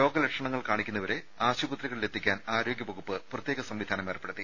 രോഗലക്ഷണങ്ങൾ കാണിക്കുന്നവരെ ആശുപത്രിയിൽ എത്തി ക്കാൻ ആരോഗ്യവകുപ്പ് പ്രത്യേക സംവിധാനം ഏർപ്പെടുത്തി